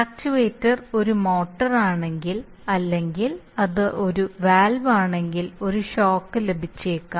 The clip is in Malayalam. ആക്ച്യുവേറ്റർ ഒരു മോട്ടോർ ആണെങ്കിൽ അല്ലെങ്കിൽ അത് ഒരു വാൽവാണെങ്കിൽ ഒരു ഷോക്ക് ലഭിച്ചേക്കാം